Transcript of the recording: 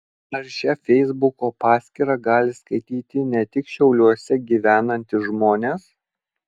ar šią feisbuko paskyrą gali skaityti ne tik šiauliuose gyvenantys žmonės